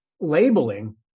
labeling